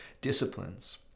disciplines